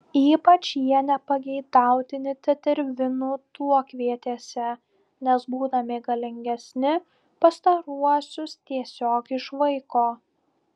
ypač jie nepageidautini tetervinų tuokvietėse nes būdami galingesni pastaruosius tiesiog išvaiko